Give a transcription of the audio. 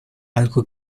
algo